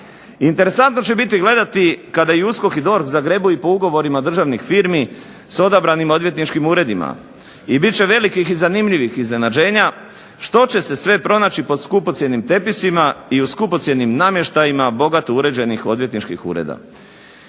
Interesantno će biti gledati kada i USKOK i DORH zagrebu i po ugovorima državnih firmi s odabranim odvjetničkim uredima i bit će velikih i zanimljivih iznenađenja što će se sve pronaći pod skupocjenim tepisima i u skupocjenim namještajima bogato uređenih odvjetničkih ureda.